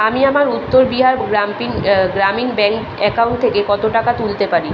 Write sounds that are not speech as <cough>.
আমি আমার Uttar Bihar <unintelligible> Gramin bank account থেকে কত টাকা তুলতে পারি